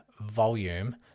volume